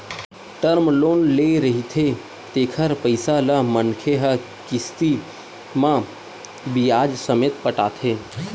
term loan ले रहिथे तेखर पइसा ल मनखे ह किस्ती म बियाज ससमेत पटाथे